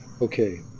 okay